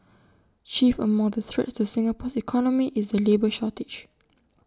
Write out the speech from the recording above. chief among the threats to Singapore's economy is the labour shortage